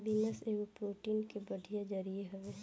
beans एगो protein के बढ़िया जरिया हवे